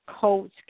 coach